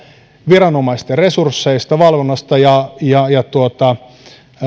viranomaisten resursseista valvonnasta ja ja